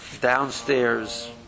downstairs